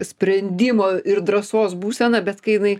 sprendimo ir drąsos būsena bet kai jinai